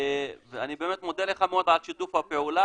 אני באמת מודה לך מאוד על שיתוף הפעולה